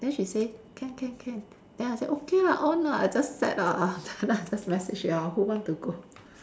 then she say can can can then I say okay lah on ah I just set ah then I just message you all who want to go